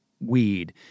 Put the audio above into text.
weed